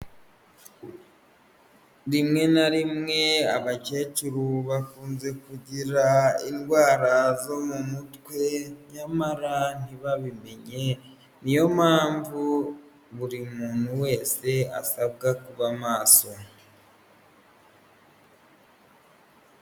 Rimwe na rimwe abakecuru bakunze kugira indwara zo mu mutwe nyamara ntibabimenye niyo mpamvu buri muntu wese asabwa kuba maso.